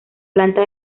planta